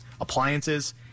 appliances